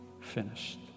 finished